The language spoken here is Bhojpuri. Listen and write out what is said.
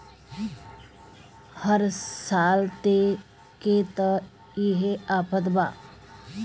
हर साल के त इहे आफत बा